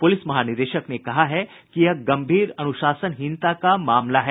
police महानिदेशक ने कहा है कि यह गंभीर अनुशासनहीनता का मामला है